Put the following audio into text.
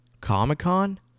Comic-Con